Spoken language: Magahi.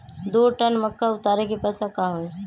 दो टन मक्का उतारे के पैसा का होई?